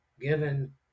given